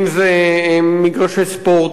אם זה מגרשי ספורט,